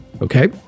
okay